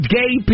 gay